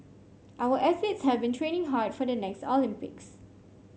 our athletes have been training hard for the next Olympics